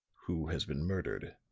who has been murdered?